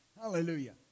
hallelujah